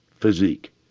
physique